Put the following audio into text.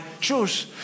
choose